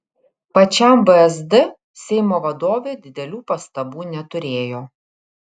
pačiam vsd seimo vadovė didelių pastabų neturėjo